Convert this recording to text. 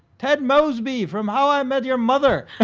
ted moseby from how i met your mother.